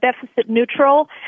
deficit-neutral